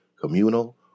communal